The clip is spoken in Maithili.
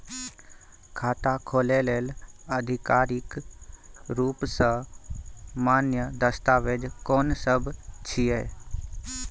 खाता खोले लेल आधिकारिक रूप स मान्य दस्तावेज कोन सब छिए?